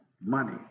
money